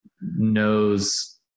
knows